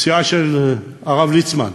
הסיעה של הרב ליצמן,